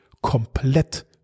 komplett